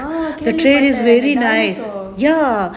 the dinosaur